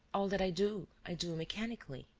all that i do i do mechanically,